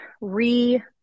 re